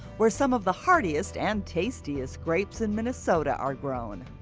for some of the heartiest and tastiest grapes in minnesota are grown.